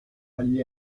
agli